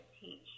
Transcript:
teach